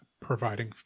providing